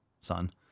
son